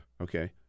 okay